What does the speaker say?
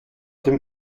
dem